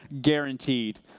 Guaranteed